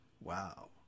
Wow